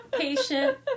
patient